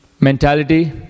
mentality